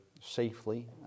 safely